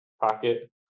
pocket